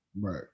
right